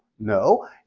No